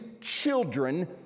children